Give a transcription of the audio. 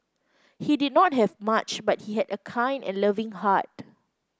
he did not have much but he had a kind and loving heart